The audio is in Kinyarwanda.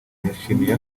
yashimye